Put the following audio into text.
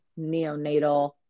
neonatal